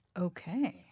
Okay